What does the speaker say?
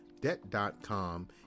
Debt.com